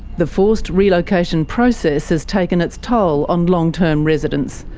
the forced relocation process has taken its toll on long term residents,